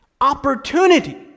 opportunity